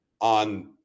on